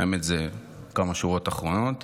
האמת זה כמה שורות אחרונות.